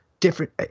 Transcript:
Different